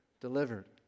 delivered